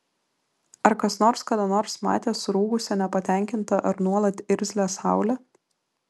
ar kas nors kada nors matė surūgusią nepatenkintą ar nuolat irzlią saulę